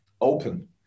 Open